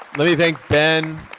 let me thank, ben,